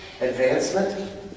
advancement